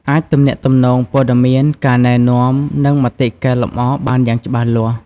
អាចទំនាក់ទំនងព័ត៌មាន ការណែនាំ និងមតិកែលម្អបានយ៉ាងច្បាស់លាស់។